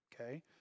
Okay